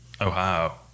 ohio